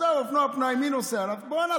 עזוב, אופנוע פנאי, מי נוסע עליו?